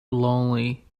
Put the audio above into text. lonely